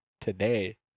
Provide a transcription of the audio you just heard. today